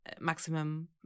Maximum